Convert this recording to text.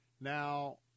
Now